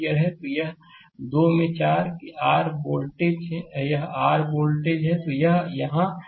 तो 2 में 4 कि आर 8 वोल्ट है यह आर 8 वोल्ट है